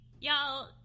y'all